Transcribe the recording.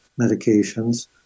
medications